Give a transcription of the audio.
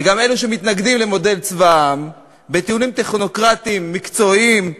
וגם אלה שמתנגדים למודל צבא העם בטיעונים טכנוקרטיים מקצועיים,